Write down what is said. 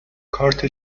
کارت